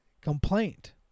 complaint